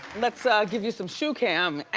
let's ah give you some shoe cam,